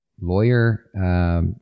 lawyer